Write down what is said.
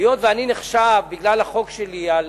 היות שאני נחשב, בגלל החוק שלי על